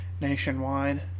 nationwide